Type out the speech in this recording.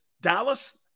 Dallas